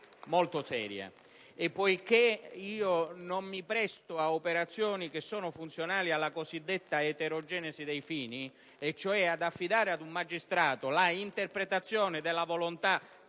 molto seria e, poiché non mi presto ad operazioni funzionali alla cosiddetta eterogenesi dei fini, cioè ad affidare ad un magistrato l'interpretazione della volontà